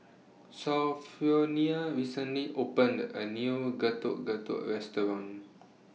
Sophronia recently opened A New Getuk Getuk Restaurant